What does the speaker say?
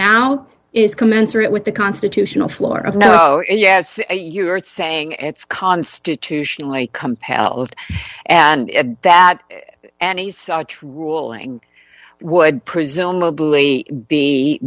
now is commensurate with the constitutional floor of no and yes you're saying it's constitutionally compelled and that any such ruling would presumably be